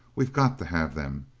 we've got to have them.